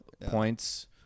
points